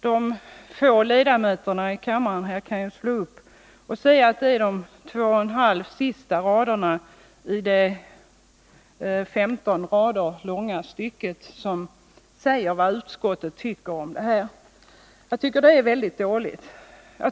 De få ledamöterna i kammaren kan konstatera att utskottet bara i de sista 2,5 raderna i det 15 rader långa stycket säger vad man tycker i detta ärende. Det tycker jag är mycket dåligt.